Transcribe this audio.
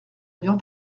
viande